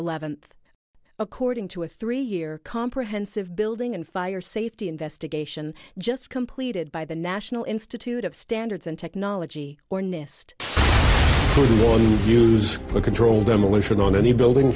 eleventh according to a three year comprehensive building and fire safety investigation just completed by the national institute of standards and technology or nist use a controlled demolition on any building